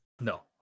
No